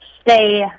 stay